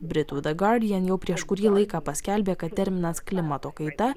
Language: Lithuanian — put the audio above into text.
britų guardian jau prieš kurį laiką paskelbė kad terminas klimato kaita